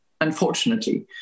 unfortunately